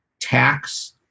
tax